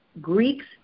Greeks